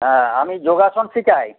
হ্যাঁ আমি যোগাসন শেখাই